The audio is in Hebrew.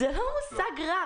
זה לא מושג רע.